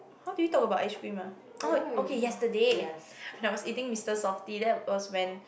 how did we talk about ice cream ah orh okay yesterday when I was eating Mister softee that was when